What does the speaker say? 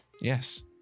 Yes